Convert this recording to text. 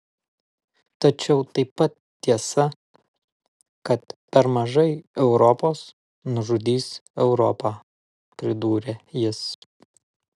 tačiau taip pat tiesa kad per mažai europos nužudys europą pridūrė jis